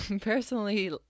personally